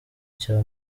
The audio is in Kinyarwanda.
cya